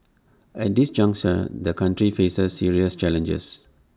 at this juncture the country faces serious challenges